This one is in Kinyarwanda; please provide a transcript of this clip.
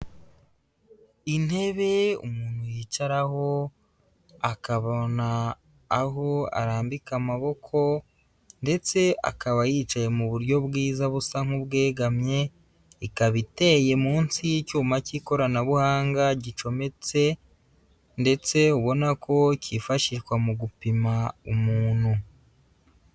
Intebe umuntu yicaraho akabona aho arambika amaboko ndetse akaba yicaye mu buryo bwiza busa nk'ubwegamye, ikaba iteye munsi y'icyuma cy'ikoranabuhanga gicometse ndetse ubona ko cyifashishwa mu gupima umuntu.